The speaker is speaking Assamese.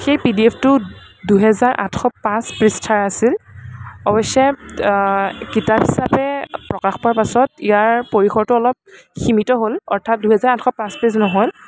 সেই পিডিএফটো দুহেজাৰ আঠশ পাঁচ পৃষ্ঠাৰ আছিল অৱশ্য়ে কিতাপ হিচাপে প্ৰকাশ পোৱাৰ পাছত ইয়াৰ পৰিসৰটো অলপ সীমিত হ'ল অৰ্থাৎ দুহেজাৰ আঠশ পাঁচ পে'জ নহ'ল